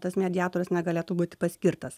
tas mediatorius negalėtų būti paskirtas